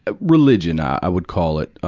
ah religion, i would call it.